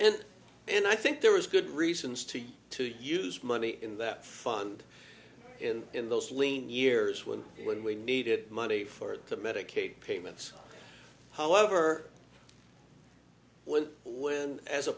and and i think there was good reasons to to use money in that fund in in those lean years when when we needed money for the medicaid payments however when when as a